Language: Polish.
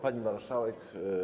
Pani Marszałek!